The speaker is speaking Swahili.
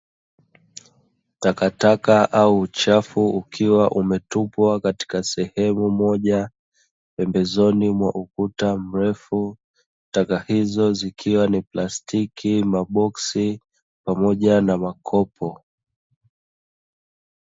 Takataka au uchafu ukiwa umetupwa katika sehemu moja pembezoni mwa ukuta mrefu. Taka hizo zikiwa ni plastiki, maboksi pamoja na makopo.